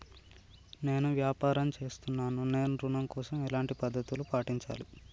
నేను వ్యాపారం చేస్తున్నాను నేను ఋణం కోసం ఎలాంటి పద్దతులు పాటించాలి?